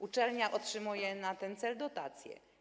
Uczelnia otrzymuje na ten cel dotacje.